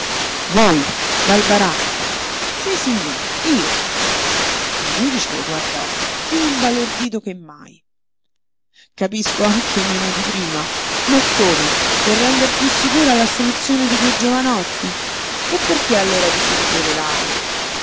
voi dal baracca sissignore io il giudice lo guardò piú imbalordito che mai capisco anche meno di prima ma come per render piú sicura l'assoluzione di quei giovanotti e perché allora vi siete querelato il